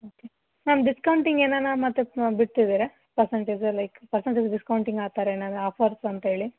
okay ma'am discounting ಏನಾರ ಮತ್ತೆ ಬಿಡ್ತಿದ್ದೀರಾ ಪರ್ಸಂಟೇಜ ಲೈಕ್ ಪರ್ಸಂಟೇಜ್ ಡಿಸ್ಕೌಂಟಿಂಗ್ ಆ ಥರ ಏನಾರೂ ಆಫರ್ಸ್ ಅಂತ್ಹೇಳಿ